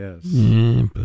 Yes